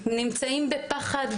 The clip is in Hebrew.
נמצאים בפחד,